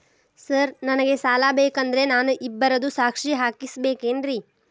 Sir ನನಗೆ ಸಾಲ ಬೇಕಂದ್ರೆ ನಾನು ಇಬ್ಬರದು ಸಾಕ್ಷಿ ಹಾಕಸಬೇಕೇನ್ರಿ?